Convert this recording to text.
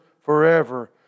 forever